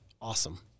awesome